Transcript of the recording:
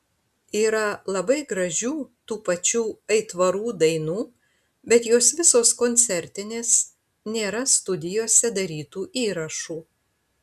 yra labai gražių tų pačių aitvarų dainų bet jos visos koncertinės nėra studijose darytų įrašų